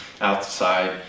outside